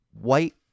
white